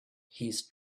his